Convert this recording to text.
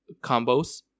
combos